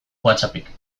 whatsappik